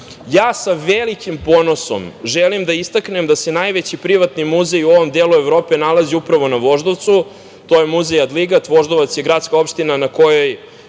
velikim ponosom želim da istaknem da se najveći privatni muzej u ovom delu Evrope nalazi upravo na Voždovcu. To je Muzej Adligat. Voždovac je gradska opština na kojoj